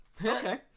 Okay